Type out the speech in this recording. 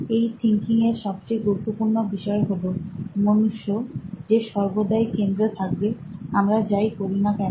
এই থিঙ্কিং এর সবচেয়ে গুরুত্বপূর্ণ বিষয় হলো মানুষ্য যে সর্বদাই কেন্দ্রে থাকবে আমরা যাই করিনা কেন